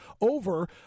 over